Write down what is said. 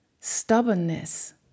stubbornness